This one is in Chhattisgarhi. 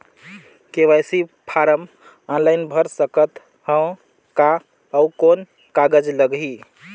के.वाई.सी फारम ऑनलाइन भर सकत हवं का? अउ कौन कागज लगही?